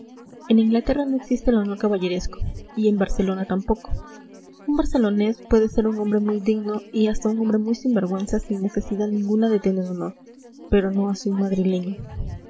en inglaterra no existe el honor caballeresco y en barcelona tampoco un barcelonés puede ser un hombre muy digno y hasta un hombre muy sinvergüenza sin necesidad ninguna de tener honor pero no así un madrileño